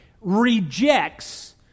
rejects